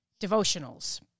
devotionals